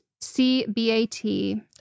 C-B-A-T